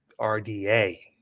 RDA